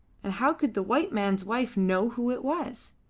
and how could the white man's wife know who it was?